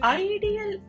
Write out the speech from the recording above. ideal